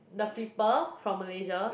the flipper from Malaysia